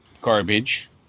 garbage